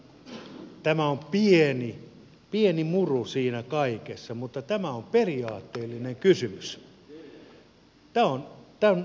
sen takia tämä on pieni pieni muru siinä kaikessa mutta tämä on periaatteellinen kysymys